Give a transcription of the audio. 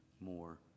more